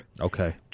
Okay